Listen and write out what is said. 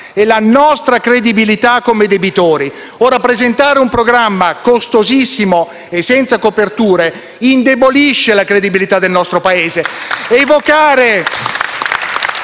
è la nostra credibilità come debitori. Ora, presentare un programma costosissimo e senza coperture indebolisce la credibilità del nostro Paese. *(Applausi